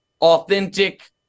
authentic